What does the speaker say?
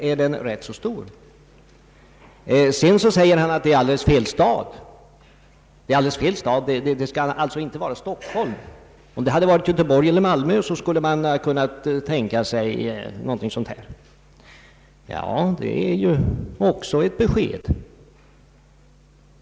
Sedan sade herr Andersson att det var alldeles fel stad, det skulle inte vara Stockholm, det skulle vara Göteborg eller Malmö. Ja, det är också ett besked.